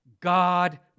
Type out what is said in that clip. God